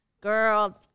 Girl